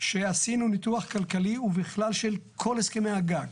שעשינו ניתוח כלכלי ובכלל, של כל הסכמי הגג.